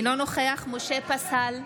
אינו נוכח משה פסל,